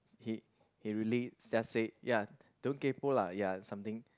he he really just said ya don't kaypo lah ya something